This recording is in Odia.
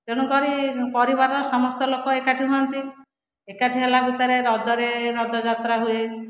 ତେଣୁକରି ପରିବାରର ସମସ୍ତ ଲୋକ ଏକାଠି ହୁଅନ୍ତି ଏକାଠି ହେଲା ଭିତରେ ରଜରେ ରଜଯାତ୍ରା ହୁଏ